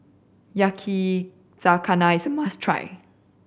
yakizakana is a must try